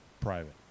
Private